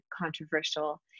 controversial